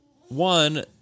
one